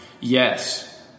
Yes